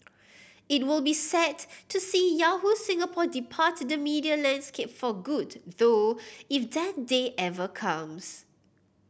it will be sad to see Yahoo Singapore depart the media landscape for good though if that day ever comes